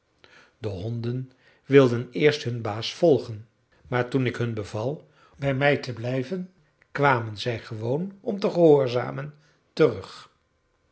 de honden wilden eerst hun baas volgen maar toen ik hun beval bij mij te blijven kwamen zij gewoon om te gehoorzamen terug